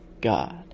God